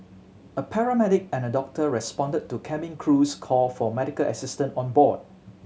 a paramedic and a doctor responded to cabin crew's call for medical assistance on board